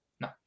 No